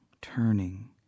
turning